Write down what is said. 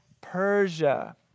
Persia